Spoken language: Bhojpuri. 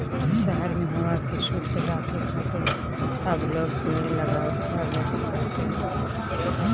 शहर में हवा के शुद्ध राखे खातिर अब लोग पेड़ लगावे लागल बाटे